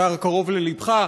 אתר קרוב ללבך,